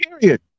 Period